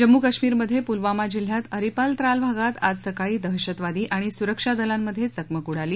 जम्मू काश्मीरमध्ये पुलवामा जिल्ह्यात अरिपाल त्राल भागात आज सकाळी दहशतवादी आणि सुरक्षा दलांमध्ये चकमक उडाली